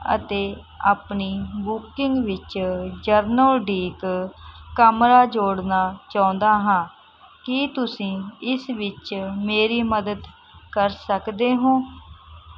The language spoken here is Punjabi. ਅਤੇ ਆਪਣੀ ਬੁਕਿੰਗ ਵਿੱਚ ਜਰਨਲ ਡੀਕ ਕਮਰਾ ਜੋੜਨਾ ਚਾਹੁੰਦਾ ਹਾਂ ਕੀ ਤੁਸੀਂ ਇਸ ਵਿੱਚ ਮੇਰੀ ਮਦਦ ਕਰ ਸਕਦੇ ਹੋ